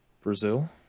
Brazil